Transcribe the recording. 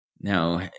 Now